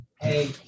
Hey